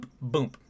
boom